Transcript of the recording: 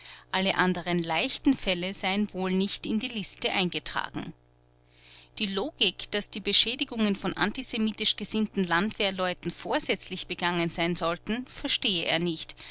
alle anderen leichten fälle seien wohl nicht in die liste eingetragen die logik daß die beschädigungen von antisemitisch gesinnten landwehrleuten vorsätzlich begangen sein sollten verstehe er nicht